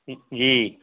जी